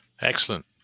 excellent